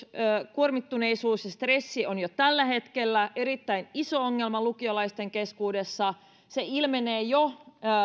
kuormittuneisuus ja stressi on jo tällä hetkellä erittäin iso ongelma lukiolaisten keskuudessa ja se ilmenee jo